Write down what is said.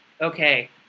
okay